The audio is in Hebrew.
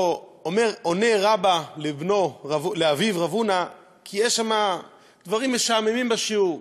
עונה רבה לאביו רב הונא: כי יש שם דברים משעממים בשיעור,